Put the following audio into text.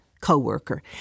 coworker